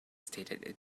stated